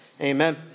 Amen